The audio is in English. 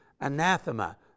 anathema